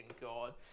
god